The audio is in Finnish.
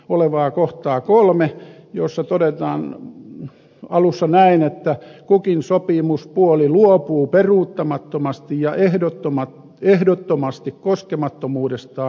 olevaa kohtaa kolme jossa todetaan ja alussa näen että kokeilusopimuspuoliluopuu peruuttamattomasti ja ehdottomat ehdottomasti koskemattomuudesta